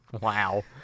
Wow